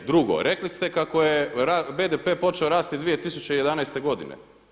Drugo, rekli ste kako je BDP počeo rasti 2011. godine.